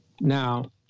Now